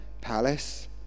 palace